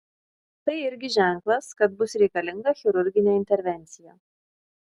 tai irgi ženklas kad bus reikalinga chirurginė intervencija